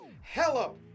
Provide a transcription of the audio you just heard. Hello